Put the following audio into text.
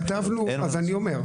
אין מה לעשות.